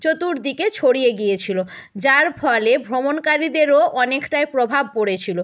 চতুর্দিকে ছড়িয়ে গিয়েছিলো যার ফলে ভ্রমণকারীদেরও অনেকটাই প্রভাব পড়েছিলো